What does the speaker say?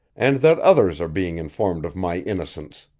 and that others are being informed of my innocence.